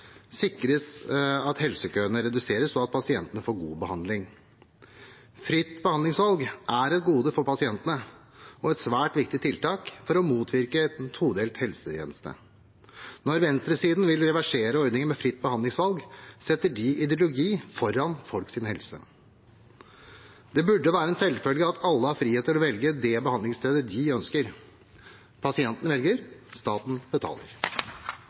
sikres at helsekøene reduseres, og at pasientene får god behandling. Fritt behandlingsvalg er et gode for pasientene og et svært viktig tiltak for å motvirke et todelt helsevesen. Når venstresiden vil reversere ordningen med fritt behandlingsvalg, setter de ideologi foran folks helse. Det burde være en selvfølge at alle har frihet til å velge det behandlingsstedet de ønsker. Pasienten velger, staten betaler.